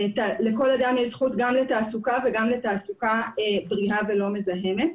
לכל אדם יש זכות גם לתעסוקה וגם לתעסוקה בריאה ולא מזהמת.